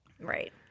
Right